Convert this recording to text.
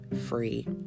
free